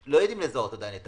לא יודעים לזהות עדיין את